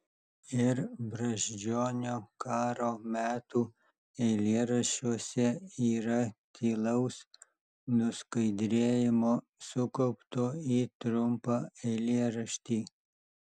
ir brazdžionio karo metų eilėraščiuose yra tylaus nuskaidrėjimo sukaupto į trumpą eilėraštį